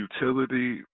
utility